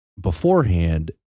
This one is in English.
beforehand